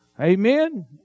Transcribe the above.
Amen